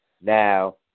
now